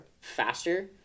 faster